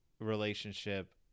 relationship